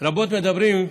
רבות מדברים,